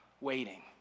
waiting